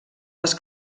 les